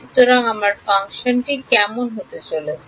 সুতরাং আমার ফাংশনটি কেমন হতে চলেছে